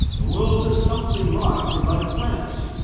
the worlds are something like remote planets,